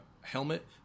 helmet